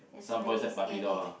some boys like barbie doll ah